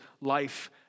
life